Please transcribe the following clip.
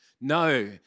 No